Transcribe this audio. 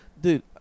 Dude